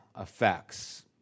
effects